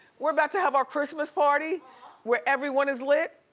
we're about to have our christmas party where everyone is lit.